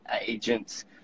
agent's